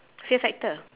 fear factor